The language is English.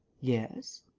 yes.